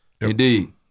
Indeed